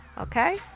Okay